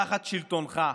תחת שלטונך,